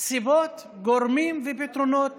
סיבות, גורמים ופתרונות